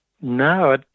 No